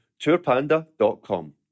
Tourpanda.com